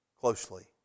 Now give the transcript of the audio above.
closely